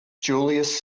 julius